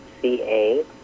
ca